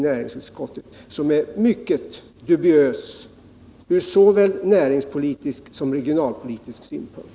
Den är mycket dubiös från såväl näringspolitisk som regionalpolitisk synpunkt.